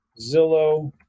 Zillow